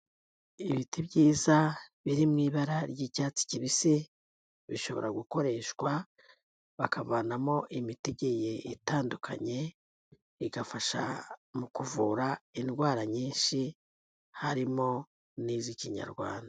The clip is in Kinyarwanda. Ibiti byiza birimo ibara ry'icyatsi kibisi, bishobora gukoreshwa bakavanamo imiti igiye itandukanye, igafasha mu kuvura indwara nyinshi harimo n'iz'Ikinyarwanda.